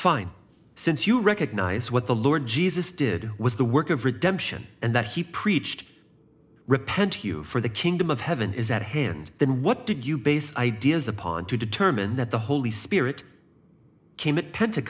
fine since you recognize what the lord jesus did was the work of redemption and that he preached repent for the kingdom of heaven is at hand then what did you base ideas upon to determine that the holy spirit